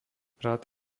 rad